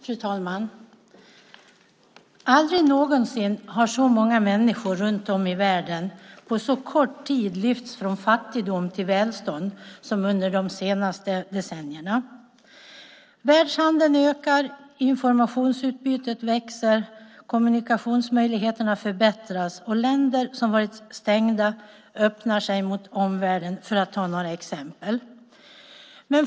Fru talman! Aldrig någonsin har så många människor runt om i världen på så kort tid lyfts från fattigdom till välstånd som under de senaste decennierna. Världshandeln ökar, informationsutbytet växer, kommunikationsmöjligheterna förbättras och länder som har varit stängda öppnar sig mot omvärlden - för att ta några exempel.